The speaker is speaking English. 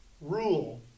rule